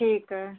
ठीक है